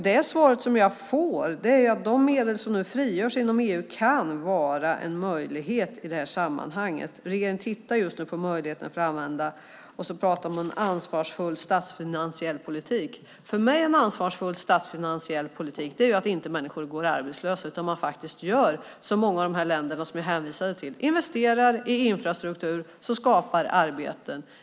Det svar jag får är att de medel som nu frigörs inom EU kan vara en möjlighet i sammanhanget samt att regeringen just nu tittar på möjligheterna att använda medlen inom ramen för en ansvarsfull statsfinansiell politik. För mig är en ansvarsfull statsfinansiell politik att människor inte går arbetslösa utan att man gör så som sker i många av de länder som jag hänvisat till, nämligen investerar i infrastruktur som skapar arbeten.